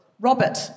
Robert